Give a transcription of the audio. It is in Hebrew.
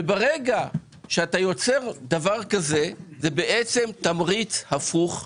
ברגע שאתה יוצר דבר כזה, זה בעצם תמריץ הפוך.